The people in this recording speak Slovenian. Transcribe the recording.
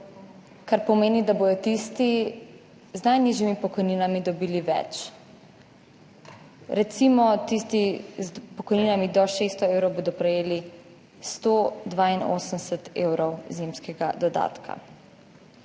kar pomeni, da bodo tisti z najnižjimi pokojninami dobili več, recimo tisti s pokojninami do 600 evrov bodo prejeli 182 evrov zimskega dodatka.